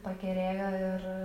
pakerėjo ir